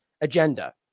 agenda